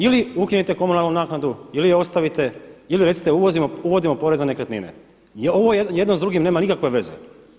Ili ukinite komunalnu naknadu ili ju ostavite, ili recite uvodimo porez na nekretnine jer ovo jedno s drugim nema nikakve veze.